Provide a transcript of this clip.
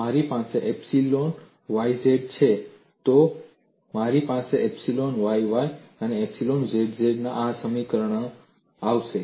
તેથી જો મારી પાસે એપ્સીલોન yz છે તો મારી પાસે એપ્સીલોન yy અને એપ્સીલોન zz આ સમીકરણમાં આવશે